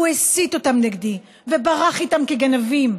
הוא הסית אותם נגדי וברח איתם כגנבים.